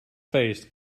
faced